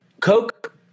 Coke